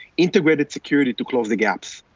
integrated security to close the gaps,